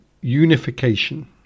unification